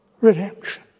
Redemption